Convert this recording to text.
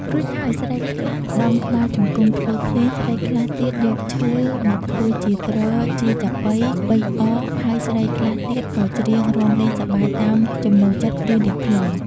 រួចហើយ ស្រីខ្លះដំក្បាលជង្គង់ធ្វើភ្លេង ស្រីខ្លះទៀតយកឈើមកធ្វើជាទ្រ ជាចាប៉ី ប៉ីអ ហើយស្រីខ្លះទៀតក៏ច្រៀងរាំលេងសប្បាយតាមចំណូលចិត្តរៀងៗខ្លួន។